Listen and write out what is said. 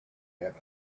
have